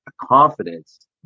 confidence